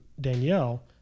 Danielle